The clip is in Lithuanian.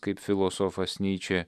kaip filosofas nyčė